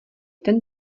ten